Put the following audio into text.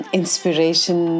inspiration